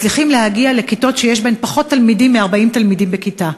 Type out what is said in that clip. מצליחים להגיע לכיתות שיש בהן פחות מ-40 תלמידים בכיתה.